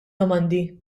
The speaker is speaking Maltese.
domandi